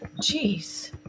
jeez